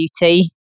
beauty